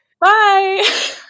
Bye